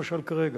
למשל כרגע: